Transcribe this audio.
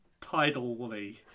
Tidally